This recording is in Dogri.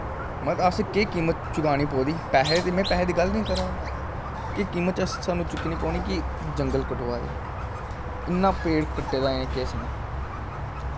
असें केह् कीमत चकानी पवा दी में पैसे दी गल्ल गै नी करा दा केह् कीमत स्हानू चुक्कनीं पौनीं कि जंगल कटोआ दे इन्नां पेड़ कट्टे दा में केह् सनांऽ